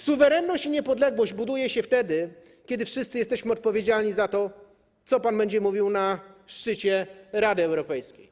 Suwerenność i niepodległość buduje się wtedy, kiedy wszyscy jesteśmy odpowiedzialni za to, co pan będzie mówił na szczycie Rady Europejskiej.